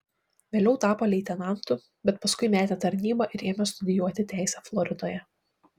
vėliau tapo leitenantu bet paskui metė tarnybą ir ėmė studijuoti teisę floridoje